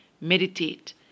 Meditate